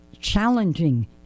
challenging